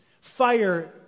Fire